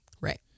Right